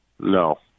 No